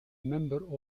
member